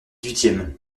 huitième